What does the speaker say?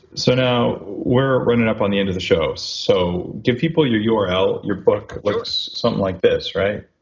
so now we're running up on the end of the show. so give people your your url. your book looks like something like this, right?